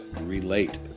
Relate